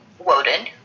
Woden